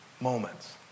moments